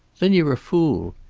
then you're a fool.